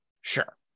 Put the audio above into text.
Sure